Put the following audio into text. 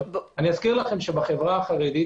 חברה חרדית